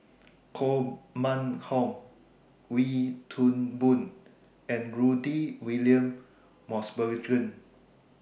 Koh Mun Hong Wee Toon Boon and Rudy William Mosbergen